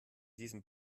diesem